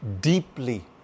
deeply